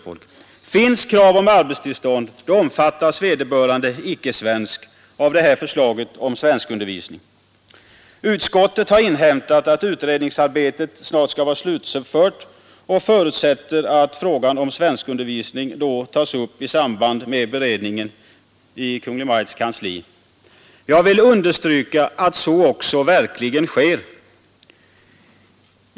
Finns krav på arbetstillstånd, omfattas vederbörande icke-svensk av det här förslaget om svenskundervisning. Utskottet har inhämtat att utredningsarbetet snart skall vara slutfört och förutsätter att frågan om svenskundervisning då tas upp i samband med beredningen i Kungl. Maj:ts kansli. Jag vill understryka att så också verkligen sker.